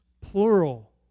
plural